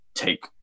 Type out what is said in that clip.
Take